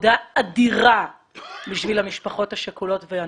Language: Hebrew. עבודה אדירה בשביל המשפחות השכולות והנכים.